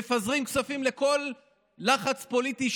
מפזרים כספים על כל לחץ פוליטי,